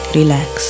relax